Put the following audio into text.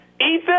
Ethan